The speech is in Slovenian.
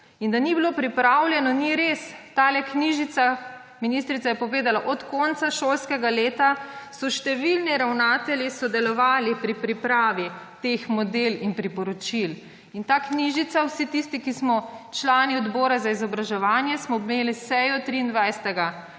to. Da ni bilo pripravljeno, ni res. Ta knjižica, ministrica je povedala, od konca šolskega leta so številni ravnatelji sodelovali pri pripravi teh modelov in priporočil. Vsi tisti, ki smo člani odbora za izobraževanje, smo imeli sejo 23. 8.